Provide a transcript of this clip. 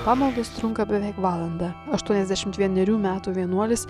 pamaldos trunka beveik valandą aštuoniasdešimt vienerių metų vienuolis